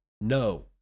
No